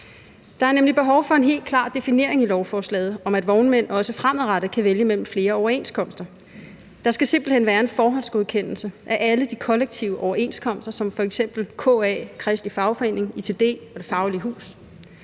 Der er nemlig behov for en helt klar definering i lovforslaget af, at vognmænd også fremadrettet kan vælge mellem flere overenskomster; der skal simpelt hen være en forhåndsgodkendelse af alle de kollektive overenskomster mellem f.eks. KA, Kristelig Fagforening, ITD og Det Faglige Hus.